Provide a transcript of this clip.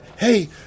Hey